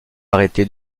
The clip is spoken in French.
arrêter